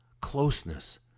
closeness